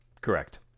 Correct